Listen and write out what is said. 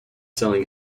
selling